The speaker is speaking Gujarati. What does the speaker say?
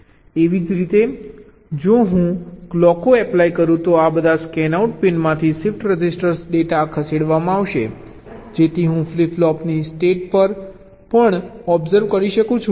એવી જ રીતે જો હું ક્લોકો એપ્લાય કરું તો આ સ્કેનઆઉટ પિનમાંથી શિફ્ટ રજિસ્ટર ડેટા ખસેડવામાં આવશે જેથી હું ફ્લિપ ફ્લૉપની સ્ટેટ પણ ઓબ્સર્વ કરી શકું છું